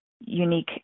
unique